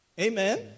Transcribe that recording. Amen